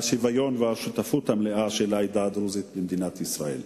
השוויון והשותפות המלאה של העדה הדרוזית במדינת ישראל.